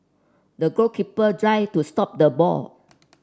the goalkeeper dived to stop the ball